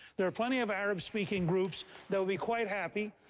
there are plenty of arab-speaking groups that would be quite happy.